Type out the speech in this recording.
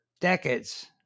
decades